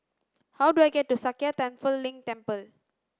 how do I get to Sakya Tenphel Ling Temple